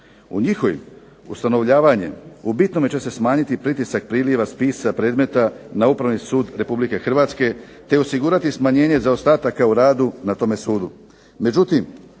U njihovim ustanovljavanjem u bitnome će se smanjiti pritisak priljeva spisa predmeta na Upravni sud Republike Hrvatske, te osigurati smanjenje zaostataka o radu na tome sudu.